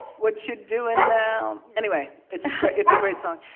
what you doin' now anyway, it's it's a great song.